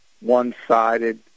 one-sided